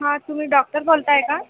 हा तुम्ही डॉक्टर बोलताय का